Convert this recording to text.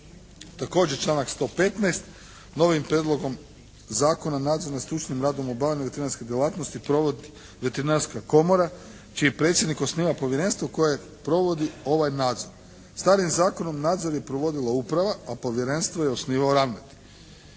Također članak 115. novim prijedlogom zakona, nadzor nad stručnim radom obavljanja veterinarske djelatnosti provodi veterinarska komora čiji predsjednik osniva povjerenstvo koje provodi ovaj nadzor. Starim zakonom nadzor je provodila uprava a povjerenstvo je osnivao ravnatelj.